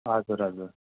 हजुर हजुर